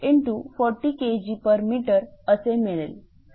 25100×40 Kgm असे मिळेल